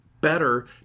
better